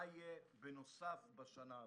מה יהיה בנוסף בשנה הזו?